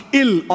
ill